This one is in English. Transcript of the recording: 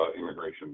immigration